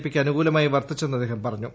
പിക്ക് അനുകൂലമായി വർത്തിച്ചെന്ന് അദ്ദേഹം പറഞ്ഞു